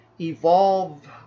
Evolve